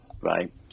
right